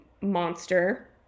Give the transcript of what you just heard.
Monster